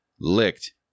licked